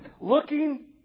Looking